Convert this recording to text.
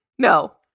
No